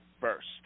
first